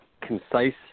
concise